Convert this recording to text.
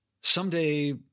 someday